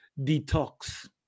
detox